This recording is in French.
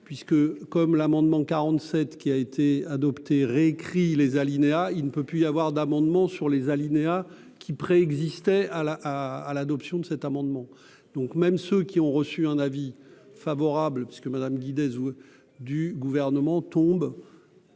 puisque, comme l'amendement 47 qui a été adoptée réécrit les alinéas, il ne peut plus y avoir d'amendements sur les alinéas qui préexistait à la à l'adoption de cet amendement, donc même ceux qui ont reçu un avis favorable parce que Madame du gouvernement tombe